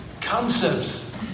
concepts